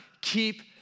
Keep